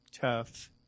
tough